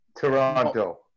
Toronto